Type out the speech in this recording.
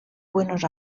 buenos